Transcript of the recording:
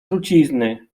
trucizny